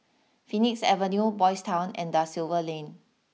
Phoenix Avenue Boys' Town and Da Silva Lane